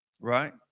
right